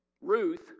Ruth